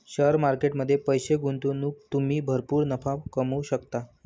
share market मध्ये पैसे गुंतवून तुम्ही भरपूर नफा कमवू शकता